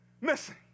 missing